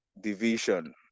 division